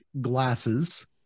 glasses